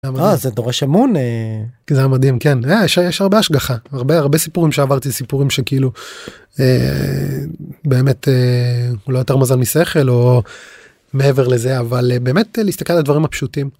זה דורש אמון כי זה מדהים כן יש הרבה השגחה הרבה הרבה סיפורים שעברתי סיפורים שכאילו באמת הוא לא יותר מזל משכל או מעבר לזה אבל באמת להסתכל על הדברים הפשוטים.